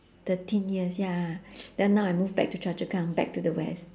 thirteen years ya then now I move back to choa chu kang back to the west